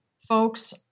folks